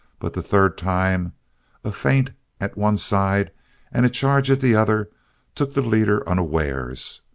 but the third time a feint at one side and a charge at the other took the leader unawares.